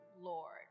Lord